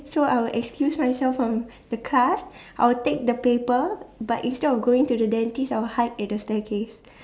so I will excuse myself from the class I will take the paper but instead of going to the dentist I will hide at the staircase